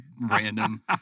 random